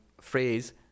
phrase